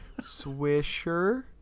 swisher